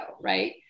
Right